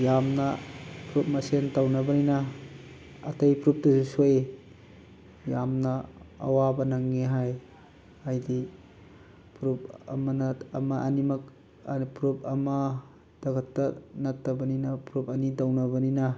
ꯌꯥꯝꯅ ꯐꯨꯔꯨꯞ ꯃꯁꯦꯟ ꯇꯧꯅꯕꯅꯤꯅ ꯑꯇꯩ ꯐꯨꯔꯨꯞꯇꯁꯨ ꯁꯣꯛꯏ ꯌꯥꯝꯅ ꯑꯋꯥꯕ ꯅꯪꯉꯤ ꯍꯥꯏ ꯍꯥꯏꯗꯤ ꯐꯨꯔꯨꯞ ꯑꯃꯅ ꯑꯃ ꯑꯅꯤꯃꯛ ꯐꯨꯔꯨꯞ ꯑꯃꯇꯈꯛꯇ ꯅꯠꯇꯕꯅꯤꯅ ꯐꯨꯔꯨꯞ ꯑꯅꯤ ꯇꯧꯅꯕꯅꯤꯅ